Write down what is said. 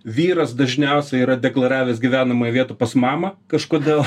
vyras dažniausiai yra deklaravęs gyvenamąją vietą pas mamą kažkodėl